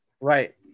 right